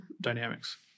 dynamics